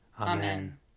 Amen